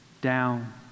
down